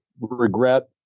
regret